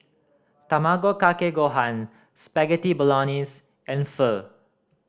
Tamago Kake Gohan Spaghetti Bolognese and Pho